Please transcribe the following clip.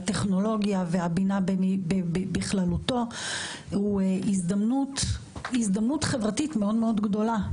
הטכנולוגיה והבינה בכללותו הוא הזדמנות חברתית מאוד מאוד גדולה,